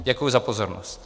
Děkuji za pozornost.